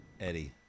Eddie